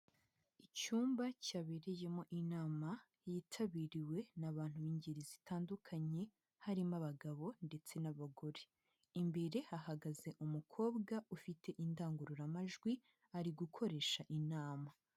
Icyumba cyabereyemo inama yitabiriwe n'abantu b'ingeri zitandukanye, harimo abagabo ndetse n'abagore. Imbere hahagaze umukobwa ufite indangururamajwi, ari gukoresha inama.